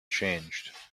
changed